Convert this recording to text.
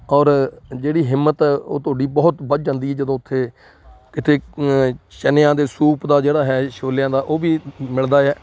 ਔਰ ਜਿਹੜੀ ਹਿੰਮਤ ਉਹ ਤੁਹਾਡੀ ਬਹੁਤ ਵੱਧ ਜਾਂਦੀ ਜਦੋਂ ਉੱਥੇ ਕਿਤੇ ਚਨਿਆਂ ਦੇ ਸੂਪ ਦਾ ਜਿਹੜਾ ਹੈ ਛੋਲਿਆਂ ਦਾ ਉਹ ਵੀ ਮਿਲਦਾ